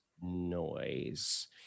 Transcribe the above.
noise